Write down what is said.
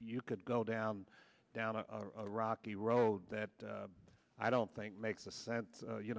you could go down down a rocky road that i don't think makes sense you